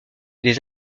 des